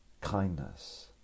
Kindness